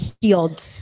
healed